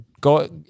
Go